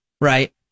right